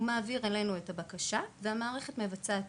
הוא מעביר אלינו את המידע והמערכת מבצעת